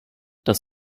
das